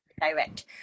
direct